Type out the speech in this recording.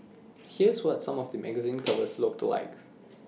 here's what some of the magazine covers looked like